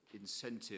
incentive